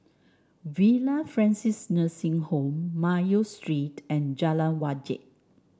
Villa Francis Nursing Home Mayo Street and Jalan Wajek